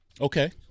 Okay